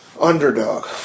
Underdog